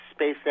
SpaceX